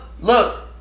look